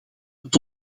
het